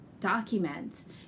documents